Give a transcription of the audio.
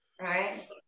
Right